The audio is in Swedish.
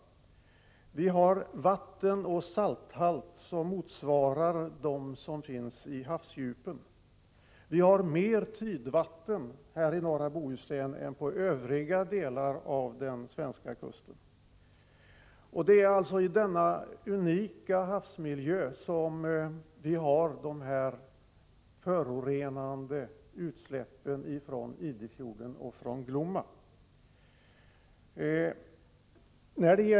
Vi har ett vatten med en salthalt som motsvarar den i havsdjupen. Vi har mer tidvatten här i norra Bohuslän än vid övriga delar av den svenska kusten. Och det är alltså i denna unika havsmiljö som vi har dessa förorefande utsläpp från Idefjorden och Glomma.